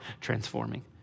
transforming